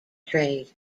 trade